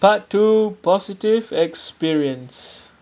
part two positive experience